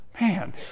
man